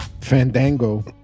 Fandango